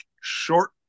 short